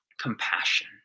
compassion